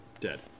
Dead